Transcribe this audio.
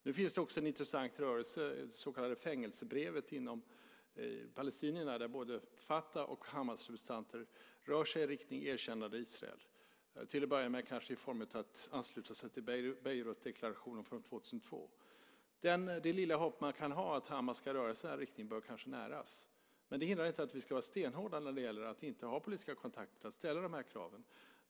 Det finns en intressant rörelse, det så kallade Fängelsebrevet, inom palestinierna där både Fatah och Hamasrepresentanter rör sig i riktning mot ett erkännande av Israel, till att börja med kanske i form av att ansluta sig till Beirutdeklarationen från 2002. Det lilla hopp man kan ha om att Hamas rör sig i den riktningen bör kanske näras. Det hindrar inte att vi ska vara stenhårda när det gäller att inte ha politiska kontakter och ställa de här kraven.